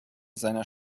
seiner